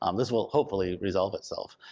um this will hopefully resolve itself.